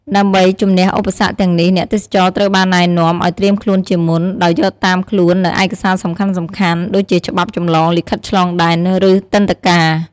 ដើម្បីជម្នះឧបសគ្គទាំងនេះ អ្នកទេសចរត្រូវបានណែនាំ ឲ្យត្រៀមខ្លួនជាមុន ដោយយកតាមខ្លួននូវឯកសារសំខាន់ៗ ដូចជាច្បាប់ចម្លងលិខិតឆ្លងដែន ឬទិដ្ឋាការ។